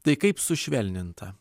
tai kaip sušvelninta